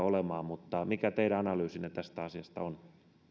olemaan mutta mikä teidän analyysinne tästä asiasta on